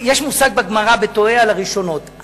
יש מושג בגמרא, "תוהה על הראשונות".